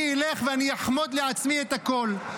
אני אלך ואני אחמוד לעצמי את הכול.